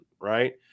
right